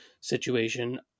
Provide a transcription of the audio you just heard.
situation